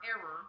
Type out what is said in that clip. error